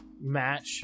match